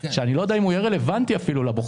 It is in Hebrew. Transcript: שאני לא יודע אם הוא יהיה רלוונטי אפילו לבוחר.